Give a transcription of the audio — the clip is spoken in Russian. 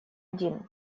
один